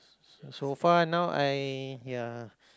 so far now I ya